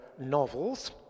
novels